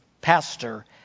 pastor